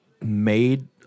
made